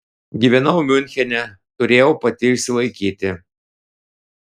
gyvenau miunchene turėjau pati išsilaikyti